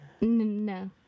no